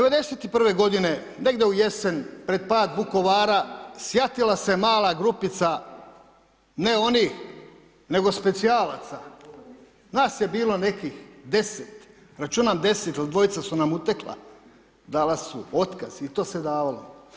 91.-ve godine, negdje u jesen, pred pad Vukovara, sjatila se mala grupica, ne onih, nego specijalaca, nas je bilo nekih 10, računam 10 jel dvojica su nam utekla, dala su otkaz i to se davalo.